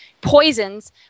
poisons